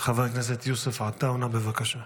חבר הכנסת יוסף עטאונה, בבקשה.